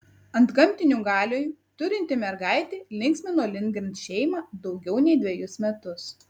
antgamtinių galių turinti mergaitė linksmino lindgren šeimą daugiau nei dvejus metus